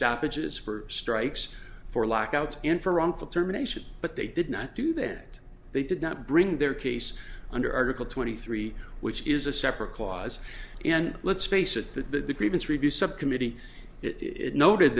stoppages for strikes for lack outs in for wrongful termination but they did not do that they did not bring their case under article twenty three which is a separate clause and let's face it the grievance review subcommittee it noted